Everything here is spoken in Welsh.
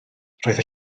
roedd